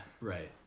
right